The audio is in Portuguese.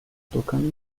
tocando